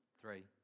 three